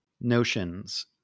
notions